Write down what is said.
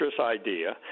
idea